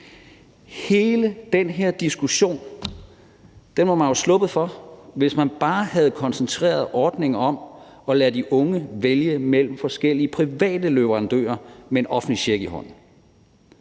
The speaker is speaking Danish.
Hele den her diskussion var man jo sluppet for, hvis man bare havde koncentreret ordningen om at lade de unge vælge mellem forskellige private leverandører med en offentlig check i hånden.